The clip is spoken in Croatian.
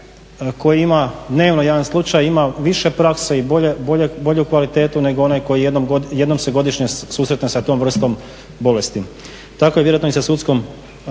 koji ima dnevno jedan slučaj ima više prakse i bolju kvalitetu nego onaj koji jednom se godišnje susretne sa tom vrstom bolesti. Tako je vjerojatno i sa sudskom